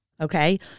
okay